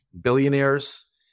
billionaires